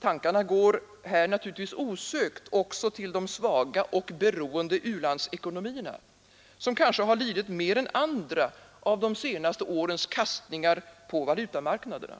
Tankarna går här naturligtvis osökt också till de svaga och beroende u-landsekonomierna, som kanske har lidit mer än andra av de senaste årens kastningar på valutamarknaderna